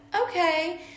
okay